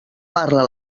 parla